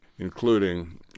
including